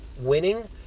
winning